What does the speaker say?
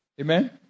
Amen